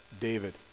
David